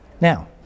Now